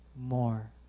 more